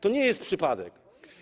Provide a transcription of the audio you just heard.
To nie jest przypadek.